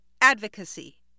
advocacy